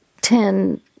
ten